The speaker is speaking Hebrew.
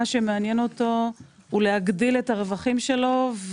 שמעניין אותו הוא להגדיל את הרווחים שלו,